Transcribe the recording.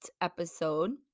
episode